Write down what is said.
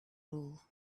roll